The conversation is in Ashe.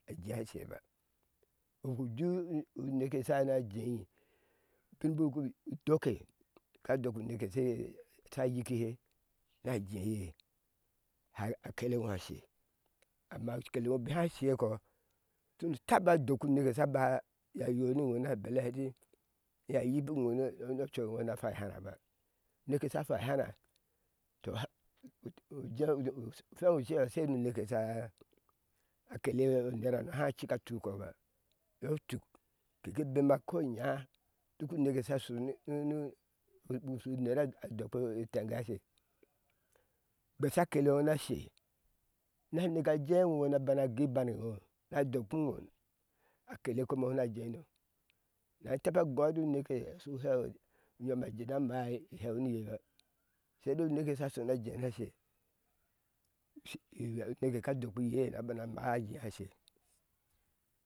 Buku je uneke sha na jea ubiin buku doki ka dok uneke sha yike he na jea hɛ a kede ŋo sha she amma a kele ŋo bika ha shekɔɔ sunu taba a doki a neke sha ba yoayo ni ɲo na bele ɛti iye yipi iŋo nu ucu eŋo shu na fwai hra ba uneke sha fwai na fwai hara ba u neke sha fwai hata tɔɔ ufenɔ cewa shai nu heke a kele oner hano haa tukɔɔ ba iyɔɔ tuk keke bema ko inya duk a neke sha shu nunu ushu ner a etengashe gbesha akela ŋona eŋo na she na neke aje iŋo na gudu ibaŋe eŋo na dokpe ŋo a kele kome eŋo shu na jea na na hu taba goi eti uhake ashu tew uyom aje a na maa i heu ni ye ba sai uneke eye sha sho na jen sha she shi uneke ka doppi iye na bana maa ajea sha she